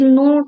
no